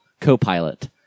co-pilot